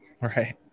right